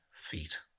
feet